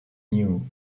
new